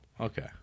Okay